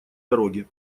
дороги